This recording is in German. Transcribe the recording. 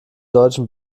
deutschen